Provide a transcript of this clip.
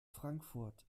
frankfurt